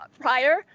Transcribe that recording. prior